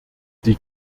die